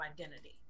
identity